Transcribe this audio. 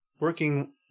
working